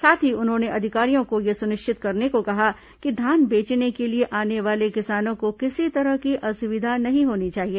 साथ ही उन्होंने अधिकारियों को यह सुनिश्चित करने को कहा कि धान बेचने के लिए आने वाले किसानों को किसी तरह की असुविधा नहीं होनी चाहिए